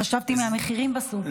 חשבתי מהמחירים בסופר.